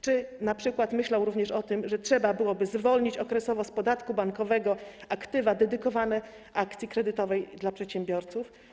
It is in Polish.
Czy np. myślał również o tym, że trzeba byłoby zwolnić okresowo z podatku bankowego aktywa dedykowane akcji kredytowej dla przedsiębiorców?